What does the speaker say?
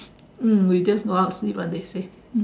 mm we just go out see what they say